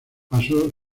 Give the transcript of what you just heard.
pasó